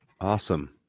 Awesome